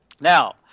Now